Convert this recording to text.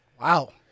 Wow